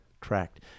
tract